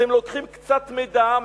אתם לוקחים קצת מידע,